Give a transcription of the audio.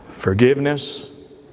Forgiveness